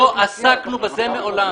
לא עסקנו בזה מעולם.